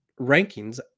rankings